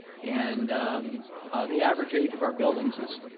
and the average age of our buildings is